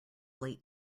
late